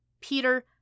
Peter